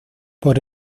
por